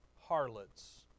harlots